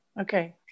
Okay